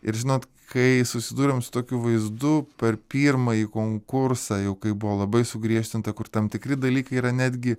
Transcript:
ir žinot kai susidūrėm su tokiu vaizdu per pirmąjį konkursą jau kai buvo labai sugriežtinta kur tam tikri dalykai yra netgi